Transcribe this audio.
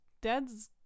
Dad's